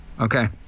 Okay